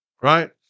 Right